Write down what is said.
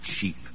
cheap